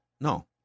No